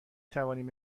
توانیم